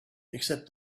except